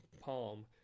palm